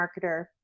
marketer